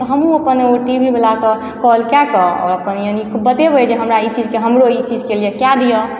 तऽ हमहु अपन ओ टी वी वला पर कॉल कए कऽ अपन यानी बतेबै जे हमरा ई चीजके हमरो ई चीजके लिए कए दिय